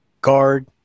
guard